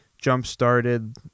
jump-started